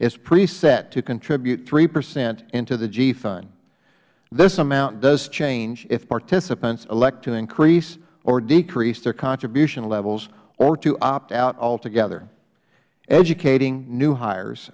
is preset to contribute three percent into the g fund this amount does change if participants elect to increase or decrease their contribution levels or to opt out altogether educating new hires